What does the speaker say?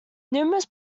numerous